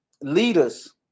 leaders